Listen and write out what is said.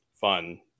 fun